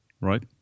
right